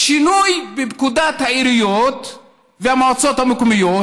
שינוי בפקודת העיריות והמועצות המקומיות.